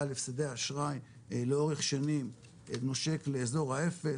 להפסדי אשראי לאורך שנים נושק לאיזור האפס,